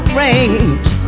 range